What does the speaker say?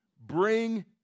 bring